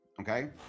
okay